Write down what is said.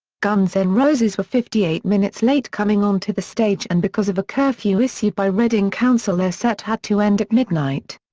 guns n' and roses were fifty eight minutes late coming on to the stage and because of a curfew issued by reading council their set had to end at midnight.